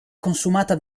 consumata